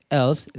else